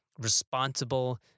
responsible